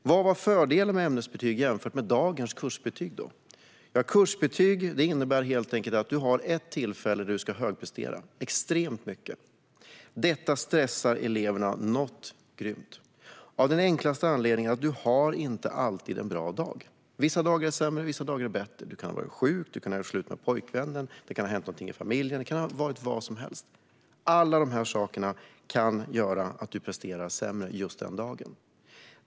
Vad var fördelen med ämnesbetyg jämfört med dagens kursbetyg? Kursbetyg innebär att du har ett tillfälle då du ska högprestera extremt mycket. Detta stressar eleverna något grymt av den enkla anledningen att du inte alltid har en bra dag. Vissa dagar är sämre; vissa dagar är bättre. Du kan ha varit sjuk, du kan ha gjort slut med pojkvännen, det kan ha hänt någonting i familjen, det kan vara vad som helst - allt det kan göra att du presterar sämre just den dagen.